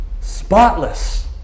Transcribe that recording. spotless